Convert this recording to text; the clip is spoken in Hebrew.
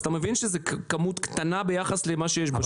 אז אתה מבין שזאת כמות קטנה ביחס למה שיש.